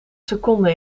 seconden